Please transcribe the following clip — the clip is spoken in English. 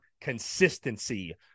consistency